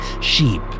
sheep